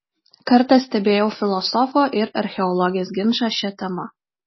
kartą stebėjau filosofo ir archeologės ginčą šia tema